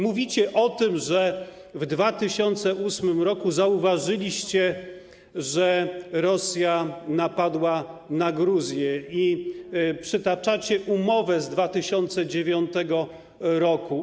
Mówicie o tym, że w 2008 r. zauważyliście, że Rosja napadła na Gruzję, i przytaczacie umowę z 2009 r.